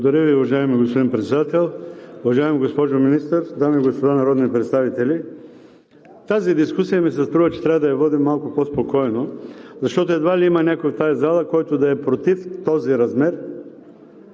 Благодаря Ви, уважаеми господин Председател. Уважаема госпожо Министър, дами и господа народни представители! Тази дискусия ми се струва, че трябва да я водим малко по-спокойно, защото едва ли има някой в тази зала, който да е против този размер,